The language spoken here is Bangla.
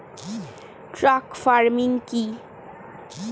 ট্রাক ফার্মিং কি?